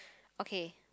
okay